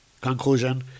Conclusion